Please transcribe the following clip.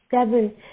seven